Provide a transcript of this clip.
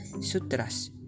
Sutras